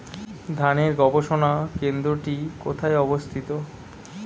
ধানের গবষণা কেন্দ্রটি কোথায় অবস্থিত?